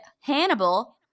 Hannibal